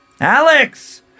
Alex